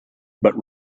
but